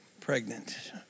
pregnant